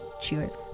Cheers